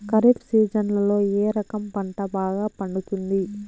ఖరీఫ్ సీజన్లలో ఏ రకం పంట బాగా పండుతుంది